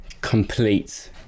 complete